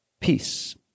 peace